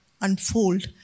unfold